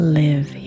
live